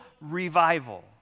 revival